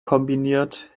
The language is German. kombiniert